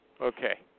Okay